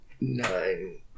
nine